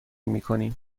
میکنیم